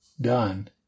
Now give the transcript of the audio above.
done